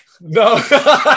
No